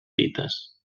dites